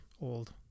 old